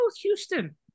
Houston